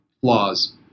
flaws